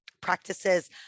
practices